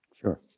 Sure